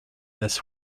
this